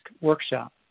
workshop